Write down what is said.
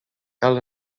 cal